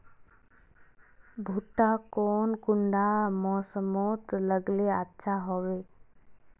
भुट्टा कौन कुंडा मोसमोत लगले अच्छा होबे?